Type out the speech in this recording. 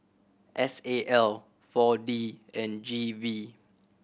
S A L Four D and G V